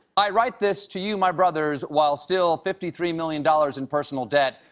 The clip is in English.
i write this to you, my brothers, while still fifty three million dollars in personal debt.